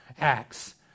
acts